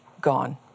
gone